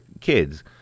kids